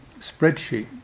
spreadsheet